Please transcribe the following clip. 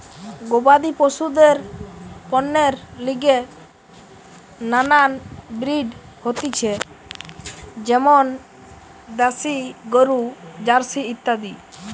গবাদি পশুদের পণ্যের লিগে নানান ব্রিড হতিছে যেমন দ্যাশি গরু, জার্সি ইত্যাদি